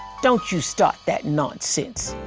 don't you start that nonsense,